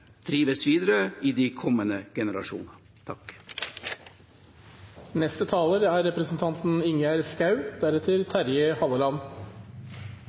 drives videre i de kommende generasjonene. Takk